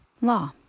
Law